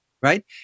right